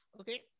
Okay